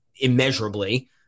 immeasurably